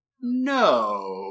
no